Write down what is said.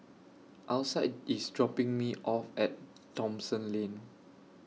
Alcide IS dropping Me off At Thomson Lane